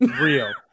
real